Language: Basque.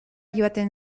joaten